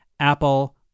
Apple